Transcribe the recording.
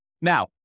Now